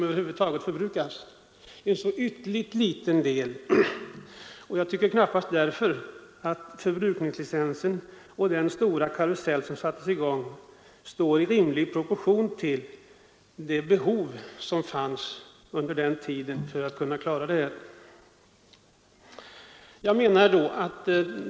Jag tycker därför inte att införandet av förbrukningsli censer och den stora karusell som sattes i gång står i rimlig proportion till det behov av traktorbränsle som fanns under den här tiden.